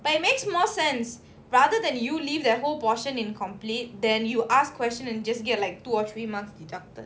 but it makes more sense rather than you leave that whole portion incomplete then you ask question and just get like two or three marks deducted